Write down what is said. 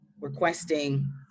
requesting